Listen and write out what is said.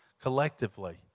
collectively